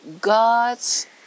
God's